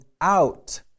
out